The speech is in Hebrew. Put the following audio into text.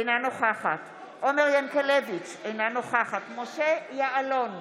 אינה נוכחת עומר ינקלביץ' אינה נוכחת משה יעלון,